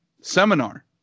seminar